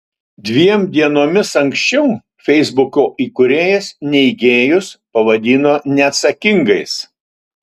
dviem dienomis anksčiau feisbuko įkūrėjas neigėjus pavadino neatsakingais